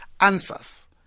answers